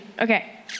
Okay